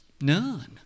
None